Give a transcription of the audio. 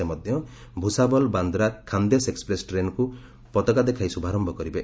ସେ ମଧ୍ୟ ଭୁଶାବଲ୍ ବାନ୍ଦ୍ରା ଖାନ୍ଦେସ୍ ଏକ୍ସପ୍ରେସ୍ ଟ୍ରେନ୍କୁ ପତାକା ଦେଖାଇ ଶୁଭାରୟ କରିବେ